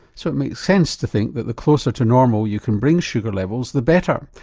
so it makes sense to think that the closer to normal you can bring sugar levels, the better.